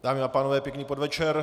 Dámy a pánové, pěkný podvečer.